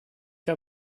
heb